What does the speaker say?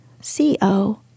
C-O